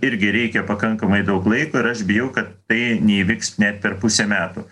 irgi reikia pakankamai daug laiko ir aš bijau kad tai neįvyks net per pusę metų